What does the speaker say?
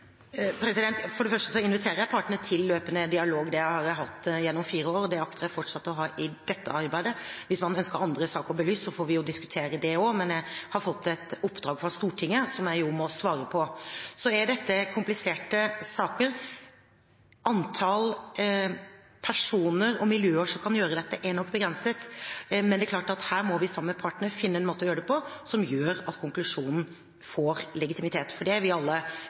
For det første inviterer jeg partene til løpende dialog. Det har jeg hatt gjennom fire år, og det akter jeg fortsatt å ha i dette arbeidet. Hvis man ønsker andre saker belyst, får vi diskutere det også, men jeg har fått et oppdrag fra Stortinget som jeg må svare på. Dette er kompliserte saker. Antall personer og miljøer som kan gjøre dette, er nok begrenset. Men det er klart at her må vi sammen med partene finne en måte å gjøre det på som gjør at konklusjonen får legitimitet. Det er vi alle